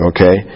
Okay